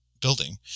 building